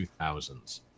2000s